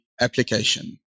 application